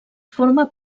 forma